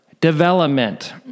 development